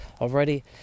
already